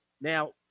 Now